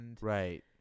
Right